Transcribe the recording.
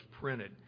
printed